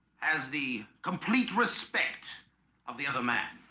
has the complete respect of the other man